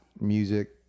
music